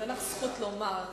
אין לך זכות לומר.